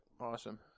Awesome